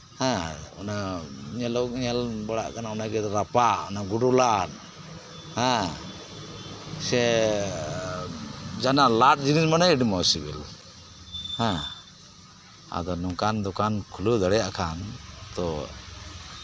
ᱦᱮᱸ ᱧᱮᱞ ᱧᱮᱞ ᱵᱟᱲᱟᱜ ᱠᱟᱱᱟ ᱨᱟᱯᱟᱜ ᱚᱱᱟ ᱜᱩᱰᱩ ᱞᱟᱫ ᱦᱮᱸ ᱥᱮ ᱡᱟᱦᱟᱸᱱᱟᱜ ᱞᱟᱫ ᱡᱤᱱᱤᱥ ᱢᱟᱱᱮ ᱟᱹᱰᱤ ᱢᱚᱸᱡᱽ ᱥᱤᱵᱤᱞᱟ ᱦᱮᱸ ᱟᱫ ᱱᱚᱝᱠᱟᱱ ᱫᱚᱠᱟᱱ ᱠᱷᱩᱞᱟᱹᱣ ᱫᱟᱲᱮᱭᱟᱜ ᱠᱷᱟᱱ ᱛᱚ